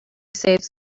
saves